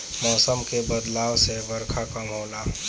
मौसम के बदलाव से बरखा कम होला